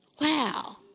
Wow